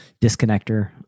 disconnector